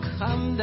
come